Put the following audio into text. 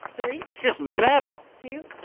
three it's just metal! two,